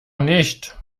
nicht